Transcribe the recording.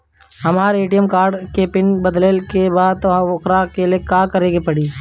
हमरा ATM card के pin बदले के बा वोकरा ला का करे के होई?